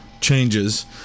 changes